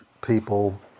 people